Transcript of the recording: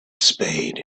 spade